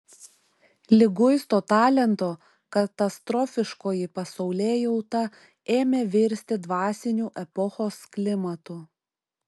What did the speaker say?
liguisto talento katastrofiškoji pasaulėjauta ėmė virsti dvasiniu epochos klimatu